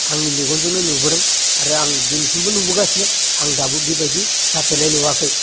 आंनि मेगनजोंनो नुबोदों आरो आं दिनैसिमबो नुबोगासिनो आं दाबो बेबायदि जाफेरनाय नुवाखै